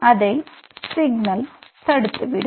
அதை சிக்னல் தடுத்துவிடும்